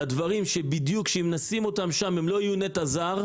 לדברים שאם נשים אותו שם הם לא יהיו נטע זר.